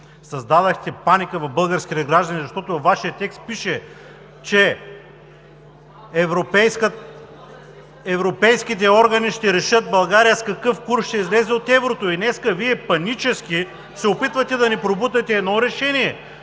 създадохте паника в българските граждани, защото във Вашия текст пише, че европейските органи ще решат България с какъв курс ще излезе от еврото. Днес Вие панически се опитвате да ни пробутате едно решение,